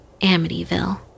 Amityville